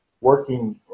working